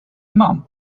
mom